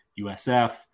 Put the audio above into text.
USF